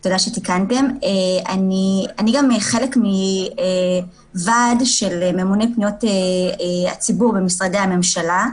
אני חלק מהוועד של ממונה פניות הציבור במשרדי הממשלה,